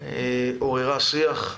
עוררה שיח.